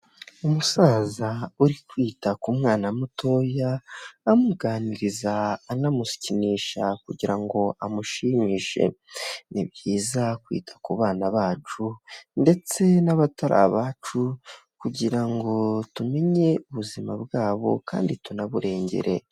Umusaza uri kwita ku mwana mutoya, amuganiriza anamukinisha kugira ngo amushimishe. Ni byiza kwita ku bana bacu, ndetse n'abatari abacu, kugira ngo tumenye ubuzima bwabo kandi tunaburengere.